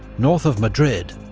north of madrid,